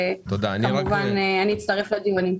כמובן אני אצטרף לדיון.